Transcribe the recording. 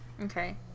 Okay